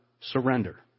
surrender